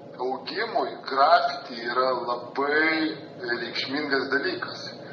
augimui grafiti yra labai reikšmingas dalykas